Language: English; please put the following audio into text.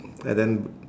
and then